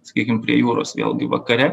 sakykim prie jūros vėlgi vakare